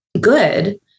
good